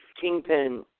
Kingpin